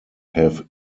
have